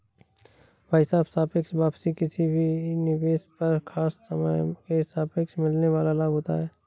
भाई साहब सापेक्ष वापसी किसी निवेश पर खास समय के सापेक्ष मिलने वाल लाभ होता है